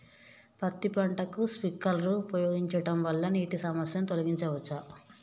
పత్తి పంటకు స్ప్రింక్లర్లు ఉపయోగించడం వల్ల నీటి సమస్యను తొలగించవచ్చా?